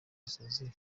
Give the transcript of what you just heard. gisozi